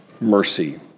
mercy